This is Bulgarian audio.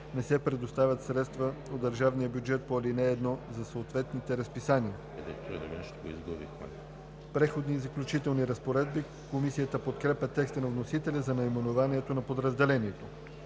не се предоставят средствата от държавния бюджет по ал. 1 за съответните разписания.“ „Преходни и заключителни разпоредби“. Комисията подкрепя текста на вносителя за наименованието на подразделението.